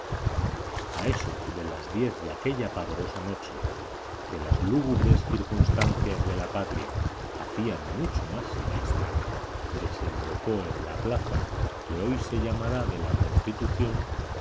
a eso de las diez de aquella pavorosa noche que las lúgubres circunstancias de la patria hacían mucho más siniestra desembocó en la plaza que hoy se llamará de la constitución